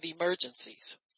emergencies